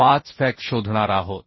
45fck शोधणार आहोत